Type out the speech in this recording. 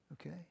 Okay